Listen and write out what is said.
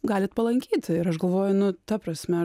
galit palankyti ir aš galvoju nu ta prasme